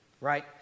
right